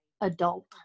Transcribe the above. adult